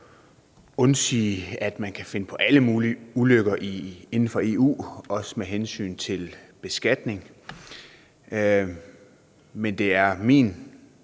undsige, at man kan finde på alle mulige ulykker inden for EU, også med hensyn til beskatning, men det er min